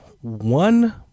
one